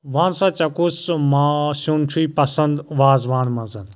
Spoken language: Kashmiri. وَن سا ژےٚ کُس سُہ ماز سیٛن چھُے پَسنٛد وازٕوان منٛز